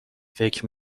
فکر